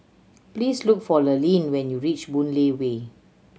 please look for Lurline when you reach Boon Lay Way